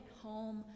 home